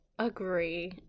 Agree